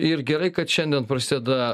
ir gerai kad šiandien prasideda